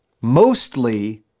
mostly